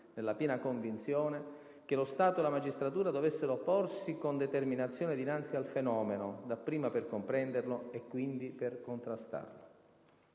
nella piena convinzione che lo Stato e la magistratura dovessero porsi con determinazione dinanzi al fenomeno, dapprima per comprenderlo e quindi per contrastarlo.